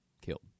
killed